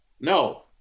No